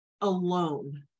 alone